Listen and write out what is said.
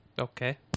Okay